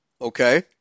Okay